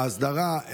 הסדרה,